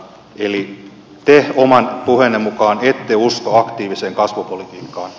eli te oman puheenne mukaan ette usko aktiiviseen kasvupolitiikkaan